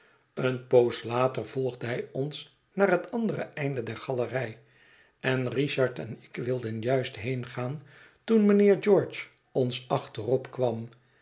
eene poos later volgde hij ons naar het andere einde der galerij en richard en ik wilden juist heengaan toen mijnheer george ons achterop